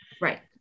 Right